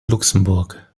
luxemburg